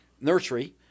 nursery